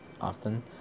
often